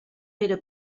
era